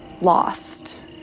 lost